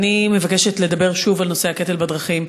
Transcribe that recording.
אני מבקשת לדבר שוב על נושא הקטל בדרכים.